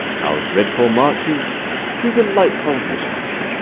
our dreadful marches to delightful measures.